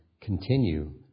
continue